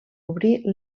obrir